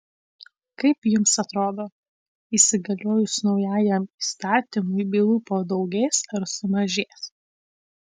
kaip jums atrodo įsigaliojus naujajam įstatymui bylų padaugės ar sumažės